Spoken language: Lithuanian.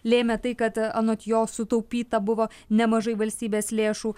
lėmė tai kad anot jo sutaupyta buvo nemažai valstybės lėšų